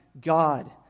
God